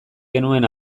genuen